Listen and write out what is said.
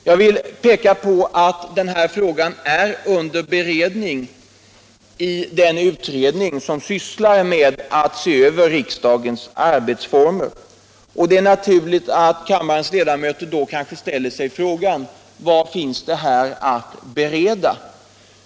Jag vill peka på att denna fråga är under beredning i den utredning som sysslar med att se över riksdagens arbetsformer, och det är naturligt att kammarens ledamöter kanske frågar sig: Vad finns det här att bereda?